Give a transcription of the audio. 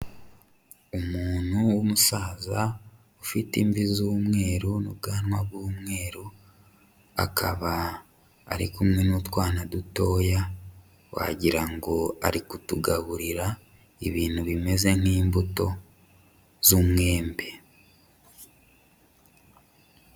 Umuntu w'umusaza ufite imvi z'umweru n'ubwanwa bw'umweru, akaba ari kumwe n'utwana dutoya wagirango ngo ari kutugaburira ibintu bimeze nk'imbuto z'umwembe.